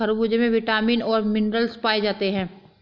खरबूजे में विटामिन और मिनरल्स पाए जाते हैं